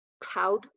cloud